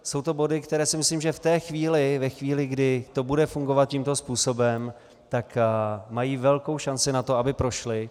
Jsou to body, které si myslím, že v té chvíli, ve chvíli, kdy to bude fungovat tímto způsobem, mají velkou šanci na to, aby prošly.